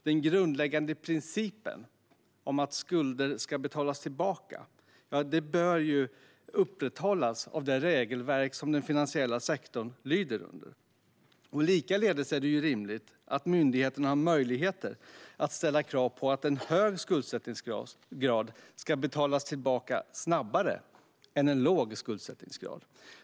Den grundläggande principen om att skulder ska betalas tillbaka bör upprätthållas av det regelverk som den finansiella sektorn lyder under. Likaledes är det rimligt att myndigheterna har möjligheter att ställa krav på att lån med en hög skuldsättningsgrad ska betalas tillbaka snabbare än lån med en låg skuldsättningsgrad.